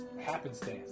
happenstance